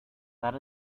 that